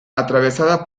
atravesada